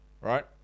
right